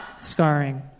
Scarring